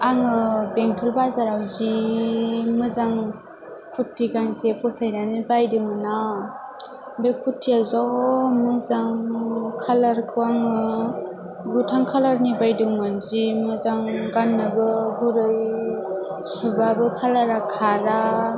आङो बेटल बाजाराव जि मोजां खुर्टी गांसे फसायनानै बायदोंमोन आं बे खुर्टीया जा मोजां कालारखौ आङो गोथां कालारनि बायदोंमोन जि मोजां गाननोबो गुरै सुबाबो कालारा खारा